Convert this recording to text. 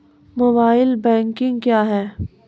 Mobile banking क्या हैं?